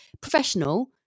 professional